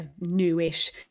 newish